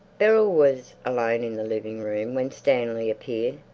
beryl was alone in the living-room when stanley appeared,